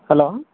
hello